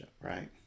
right